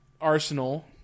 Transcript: Arsenal